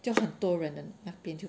就很多人那边